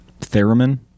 theremin